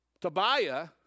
Tobiah